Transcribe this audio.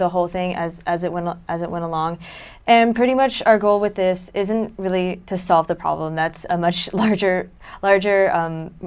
the whole thing as as it went as it went along and pretty much our goal with this isn't really to solve the problem that's a much larger larger